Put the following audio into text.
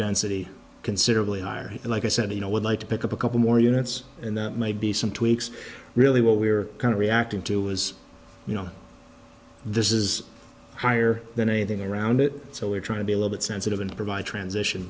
density considerably higher and like i said you know would like to pick up a couple more units and that might be some tweaks really what we're kind of reacting to is you know this is higher than anything around it so we're trying to be a little bit sensitive and provide transition